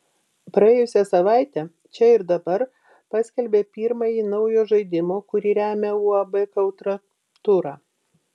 praėjusią savaitę čia ir dabar paskelbė pirmąjį naujo žaidimo kurį remia uab kautra turą